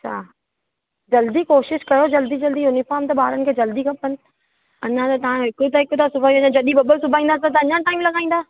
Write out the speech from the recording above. अच्छा जल्दी कोशिश कयो जल्दी जल्दी यूनिफ़ॉर्म त ॿारनि खे जल्दी खपेनि अञा त तव्हां हिकु त हिकु सिबायूं जॾहिं ॿ ॿ सिबाईंदा त तव्हां अञा टाइम लॻाईंदा